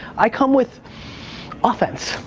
i come with offense,